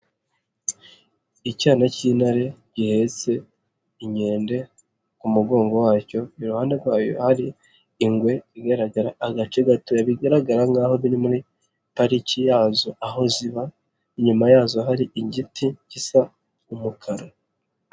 lcyana cy'intare gihetse inkende ku mugongo wacyo, iruhande rwayo hari ingwe igaragara agace gatoya ,bigaragara nk'aho biri muri pariki yazo aho ziba, inyuma yazo hari igiti gisa umukara.